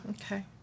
okay